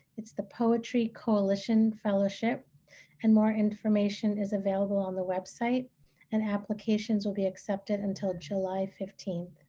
it's the poetry coalition fellowship and more information is available on the website and applications will be accepted until july fifteen.